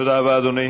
תודה רבה, אדוני.